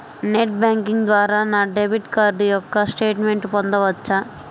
Net banking ద్వారా నా debit card యొక్క స్టేట్మెంట్ పొందవచ్చా?